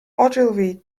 ogilvy